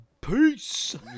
Peace